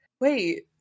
wait